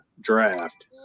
draft